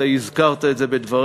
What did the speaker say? אתה הזכרת את זה בדבריך,